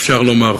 אפשר לומר.